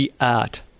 Art